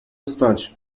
stać